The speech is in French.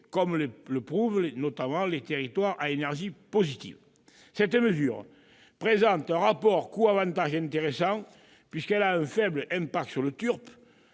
comme le prouvent notamment les territoires à énergie positive. Cette mesure présente un rapport coût-avantage intéressant, puisqu'elle aura un faible impact sur le TURPE,